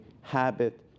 habit